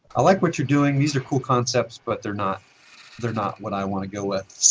i like what you're doing, these are cool concepts, but they're not they're not what i want to go with.